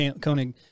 Koenig